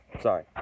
sorry